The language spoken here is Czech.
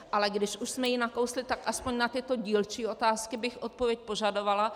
Ale když už jsme ji nakousli, tak aspoň na tyto dílčí otázky bych odpověď požadovala.